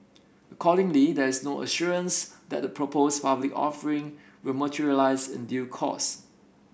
accordingly there is no assurance that the proposed public offering will materialise in due course